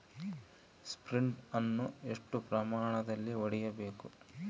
Sprint ಅನ್ನು ಎಷ್ಟು ಪ್ರಮಾಣದಲ್ಲಿ ಹೊಡೆಯಬೇಕು?